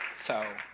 so,